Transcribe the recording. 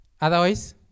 Otherwise